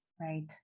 Right